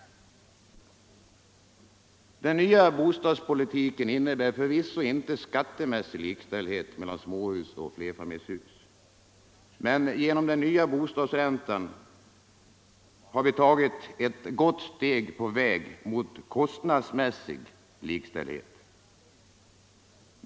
Den nya bostadspolitiken innebär förvisso inte skattemässig likställdhet mellan småhus och flerfamiljshus. Men genom den nya bostadsräntan har vi tagit ett gott steg på väg mot kostnadsmässig likställdhet.